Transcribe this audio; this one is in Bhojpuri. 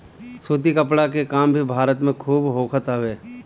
सूती कपड़ा के काम भी भारत में खूब होखत हवे